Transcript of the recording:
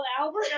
Albert